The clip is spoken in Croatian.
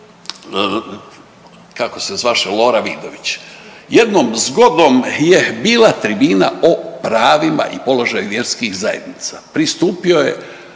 kako se zvaše Lora Vidović. Jednom zgodom je bila tribina o pravima i položaju vjerskih zajednica, pristupio je